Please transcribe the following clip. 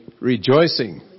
rejoicing